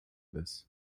this